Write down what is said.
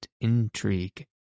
intrigue